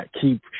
Keep